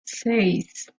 seis